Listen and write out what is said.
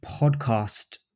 podcast